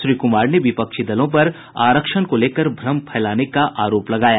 श्री कुमार ने विपक्षी दलों पर आरक्षण को लेकर भ्रम फैलाने का आरोप लगाया